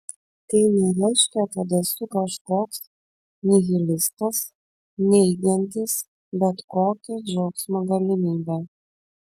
tai nereiškia kad esu kažkoks nihilistas neigiantis bet kokią džiaugsmo galimybę